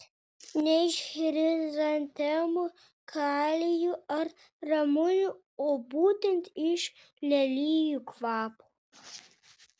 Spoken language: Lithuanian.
ne iš chrizantemų kalijų ar ramunių o būtent iš lelijų kvapo